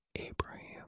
Abraham